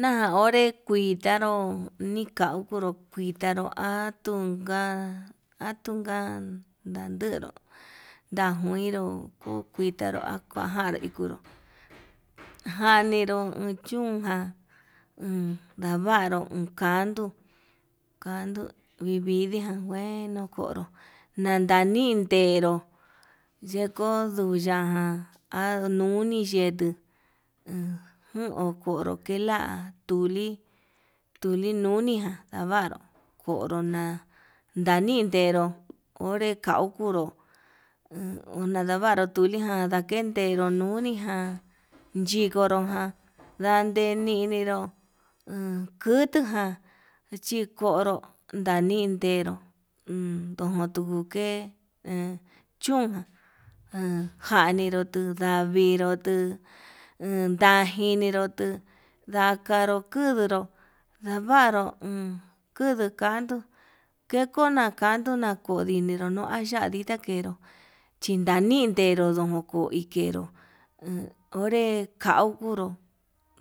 Na'a onre kuitanró niukau kunru kuitanró, atunka atunka ndandero najuinró ku kuitanró ajanikuru janiru chunján, uun ndavaru uun kandu kanduu vividijan kueno njonró nanandii ndero niko nuyuxia ján anuni yetuu en jun okonró kenla'a, tuli tuli nuniján ndavaru konró na'a ndanin tenró, onre kaukuru en una ndavaru tuliján kenderu nuniján yikonrojan ndande nininró ankutuján, chikonro nandi nenró uun tukutu ke'e en chúnjan, njaniró tundava viduu tuu ondajinero tuundakanru unduru ndavaru uun kudu kanduu kekona kanduna kundiniró nuu ya'á, nadita kenro chinadi kenru dukuu uke'e he onré kankunró